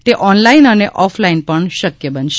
તે online અને offline પણ શકય બનશે